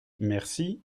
merci